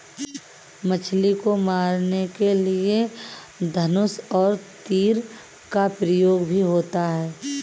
मछली को मारने के लिए धनुष और तीर का उपयोग भी होता है